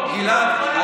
גלעד,